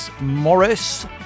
Morris